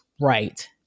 right